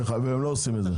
הם לא עושים את זה.